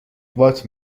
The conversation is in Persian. وات